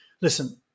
Listen